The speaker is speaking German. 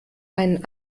einen